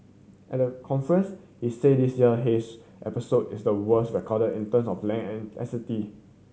at the conference he said this year haze episode is the worst recorded in term of length and intensity